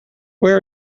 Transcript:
where